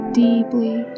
deeply